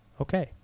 Okay